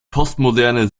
postmoderne